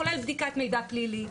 כולל בדיקת מידע פלילי,